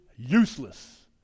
useless